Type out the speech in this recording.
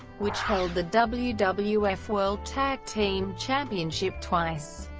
which held the wwf wwf world tag team championship twice.